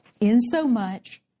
insomuch